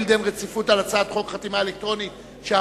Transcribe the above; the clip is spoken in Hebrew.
דין רציפות על הצעת חוק חתימה אלקטרונית (תיקון מס' 2),